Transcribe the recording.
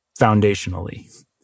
foundationally